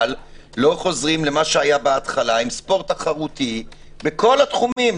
לא חוזרים למה שהיה בהתחלה עם ספורט תחרותי בכל התחומים?